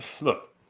Look